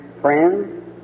friends